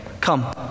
Come